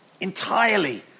entirely